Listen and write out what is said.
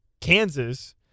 Kansas